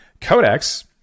Codex